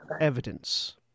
evidence